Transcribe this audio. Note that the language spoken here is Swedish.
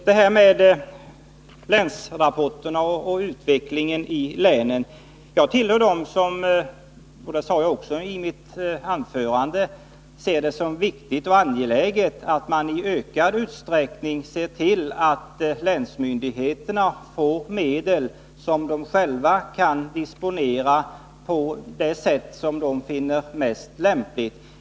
Beträffande länsrapporterna och utvecklingen i länen vill jag säga: Jag tillhör dem som — och det sade jag också i ett tidigare anförande — anser det viktigt och angeläget att länsmyndigheterna i ökad utsträckning får medel som de själva kan disponera på det sätt som de finner mest lämpligt.